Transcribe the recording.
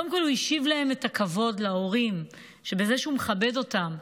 קודם כול הוא השיב להורים את הכבוד בזה שהוא מכבד אותם,